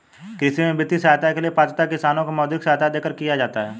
कृषि में वित्तीय सहायता के लिए पात्रता किसानों को मौद्रिक सहायता देकर किया जाता है